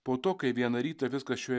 po to kai vieną rytą viskas šioje